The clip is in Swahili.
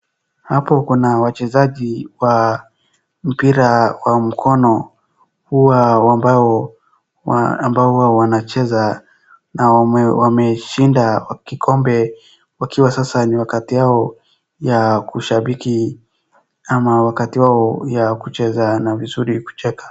Hapo kuna wachezaji wa mpira wa mkono huwa ambao huwa wanacheza na wameshinda kikombe wakiwa sasa ni wakati yao ya kushabiki ama wakati wao ya kucheza na vizuri kucheka.